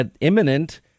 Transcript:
imminent